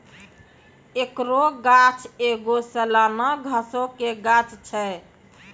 एकरो गाछ एगो सलाना घासो के गाछ छै